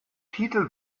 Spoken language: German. titel